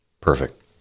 Perfect